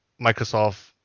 Microsoft